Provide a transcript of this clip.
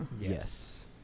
Yes